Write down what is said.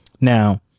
Now